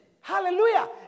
Hallelujah